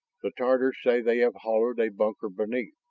the tatars say they have hollowed a bunker beneath.